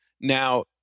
Now